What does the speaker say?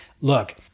Look